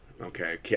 okay